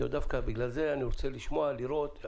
אמרתי, דווקא בגלל זה אני רוצה לשמוע, לראות.